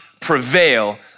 prevail